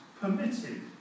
permitted